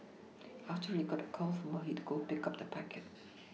after he got a call from her he would go pick up the packet